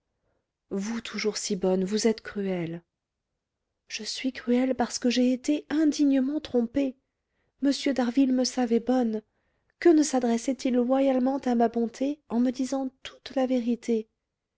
vous toujours si bonne vous êtes cruelle je suis cruelle parce que j'ai été indignement trompée m d'harville me savait bonne que ne sadressait il loyalement à ma bonté en me disant toute la vérité